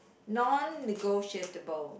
non negotiable